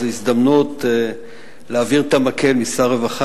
אז זו הזדמנות להעביר את המקל משר רווחה